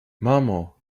mamo